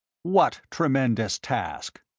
what tremendous task?